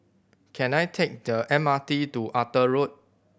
can I take the M R T to Arthur Road